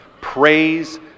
Praise